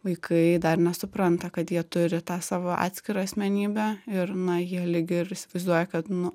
vaikai dar nesupranta kad jie turi tą savo atskirą asmenybę ir na jie lyg ir įsivaizduoja kad nu